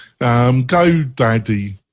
GoDaddy